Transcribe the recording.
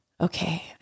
okay